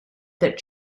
that